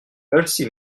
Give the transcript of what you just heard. merci